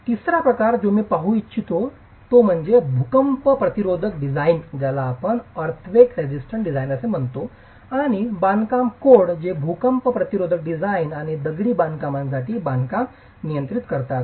तिसरा प्रकार जो मी पाहू इच्छितो तो म्हणजे भूकंप प्रतिरोधक डिझाइन आणि बांधकाम कोड जे भूकंप प्रतिरोधक डिझाइन आणि दगडी बांधकामसाठी बांधकाम नियंत्रित करतात